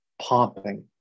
pumping